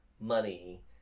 money